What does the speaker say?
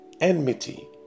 enmity